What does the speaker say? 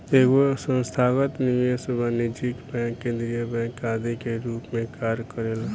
एगो संस्थागत निवेशक वाणिज्यिक बैंक केंद्रीय बैंक आदि के रूप में कार्य करेला